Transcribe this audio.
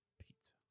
Pizza